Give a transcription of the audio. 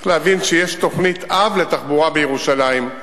צריך להבין שיש תוכנית-אב לתחבורה בירושלים,